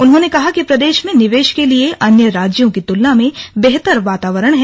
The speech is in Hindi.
उन्होंने कहा कि प्रदेश में निवेश के लिए अन्य राज्यों की तुलना में बेहतर वातावरण है